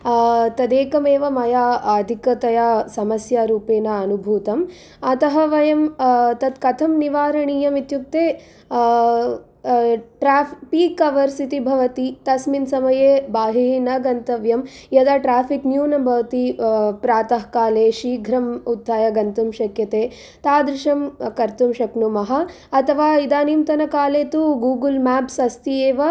तदेकमेव मया अधिकतया समस्यारूपेण अनुभूतम् अतः वयं तत् कथं निवारणीयमित्युक्ते ट्रा पीक् अवर्स् इति भवति तस्मिन् समये बहिः न गन्तव्यं यदा ट्राफिक् न्यूनं भवति प्रातः काले शीघ्रम् उत्थाय गन्तुं शक्यते तादृशं कर्तुं शक्नुमः अथवा इदानींतनकाले तु गूगल् मेप्स् अस्ति एव